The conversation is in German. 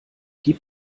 gib